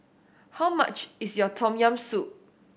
how much is Tom Yam Soup